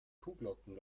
kuhglocken